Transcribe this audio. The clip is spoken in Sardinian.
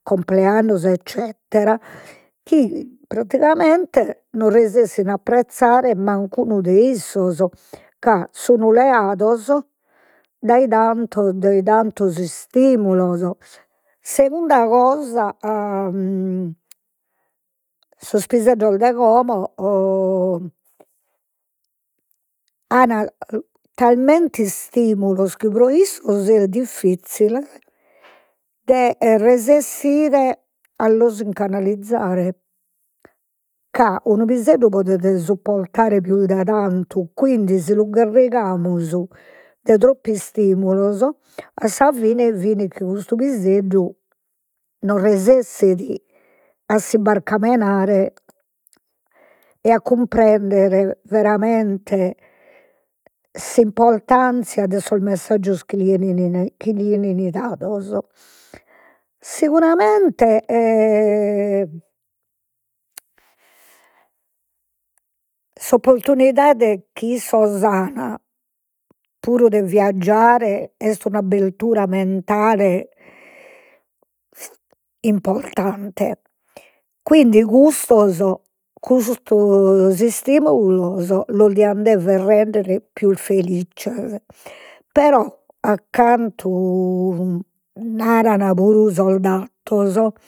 Cumpleannos eccetera, chi praticamente non resessin a apprezziare mancunu de issos, ca sun leados dai tantos dai tantos istimulos, segunda cosa sos piseddos de como an talmente istimulos chi pro issos est diffizzile resessire a los incanalizzare, ca unu piseddu podet supportare pius de tantu, quindi si lu garrigamus de troppu istimulos, a sa fine finit chi custu piseddu non resessit a si barcamenare, e a cumprender veramente s'impoltanscia de sos messaggios chi li 'enin chi li 'enin dados. Siguramente s'opportunidade chi issos an puru de viaggiare est un'abbertura mentale importante, quindi custos custos istimulos los dian dever render pius felizzes, però a cantu naran puru sos datos